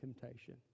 temptation